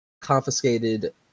confiscated